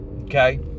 okay